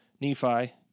Nephi